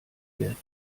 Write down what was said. werden